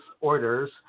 orders